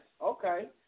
Okay